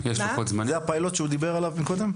זה הפיילוט שהוא דיבר עליו מקודם?